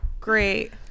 Great